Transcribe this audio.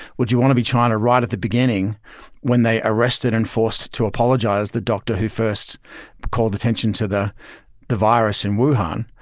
would you want to be china right at the beginning when they arrested and forced to apologize the doctor who first called attention to the the virus in wuhan?